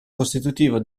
costitutivo